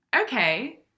okay